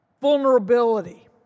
vulnerability